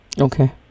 Okay